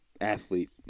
athlete